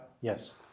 Yes